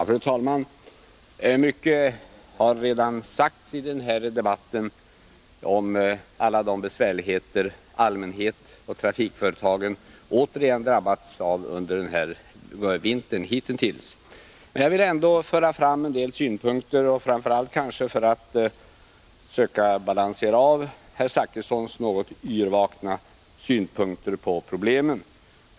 Fru talman! Mycket har redan sagts i denna debatt om alla de besvärligheter allmänheten och trafikföretagen återigen drabbats av hitintills under denna vinter. Men jag vill ändå föra fram en del synpunkter, kanske framför allt för att söka balansera herr Zachrissons något yrvakna synpunkter på problemen.